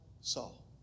Saul